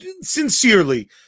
sincerely